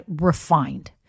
refined